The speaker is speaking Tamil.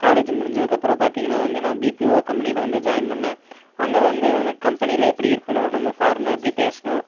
காலேஜ் முடிஞ்சதுக்கப்புறம் பார்த்திங்கன்னா வந்து நான் பிபிஓ கம்பனியில் வந்து ஜாயின் பண்ணேன் அங்கே வந்து கம்பனியில் எப்படி இருக்கணும் நம்ம ஃபார்மலாக எப்படி பேசணும்